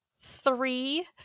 three